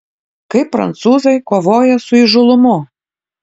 kaip prancūzai kovoja su įžūlumu